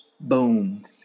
Boom